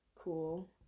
cool